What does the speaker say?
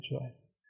choice